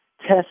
test